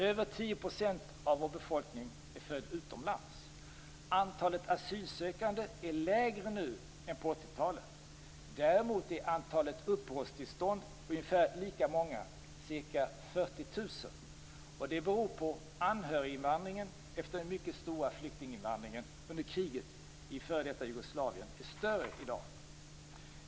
Över 10 % av vår befolkning är född utomlands. Antalet asylsökande är lägre nu än på 80-talet. Däremot är antalet uppehållstillstånd ungefär lika många, ca 40 000. Det beror på att anhöriginvandringen, efter den mycket stora flyktinginvandringen under kriget i f.d. Jugoslavien, är större i dag.